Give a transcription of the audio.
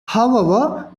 however